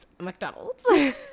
McDonald's